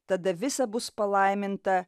tada visa bus palaiminta